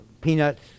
Peanuts